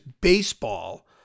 baseball